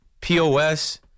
POS